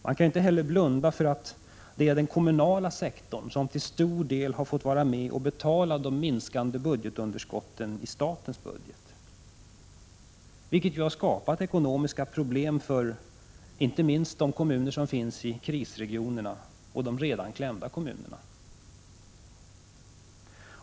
—- Man kan inte heller blunda för att det till stor del är den kommunala sektorn som fått vara med och betala de minskande underskotten i statens budget, vilket har skapat ekonomiska problem inte minst för kommunerna i de nya krisregionerna och i de redan klämda kommunerna.